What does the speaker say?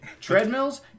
Treadmills